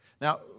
now